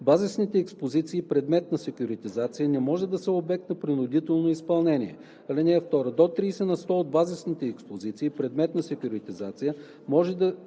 Базисните експозиции, предмет на секюритизация, не може да са обект на принудително изпълнение. (2) До 30 на сто от базисните експозиции, предмет на секюритизация, може да